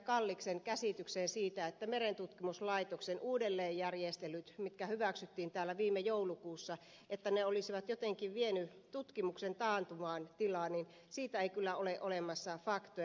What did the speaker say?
kalliksen käsitykseen siitä että merentutkimuslaitoksen uudelleenjärjestelyt mitkä hyväksyttiin täällä viime joulukuussa olisivat jotenkin vieneet tutkimuksen taantuvaan tilaan siitä ei kyllä ole olemassa faktoja